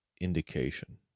indication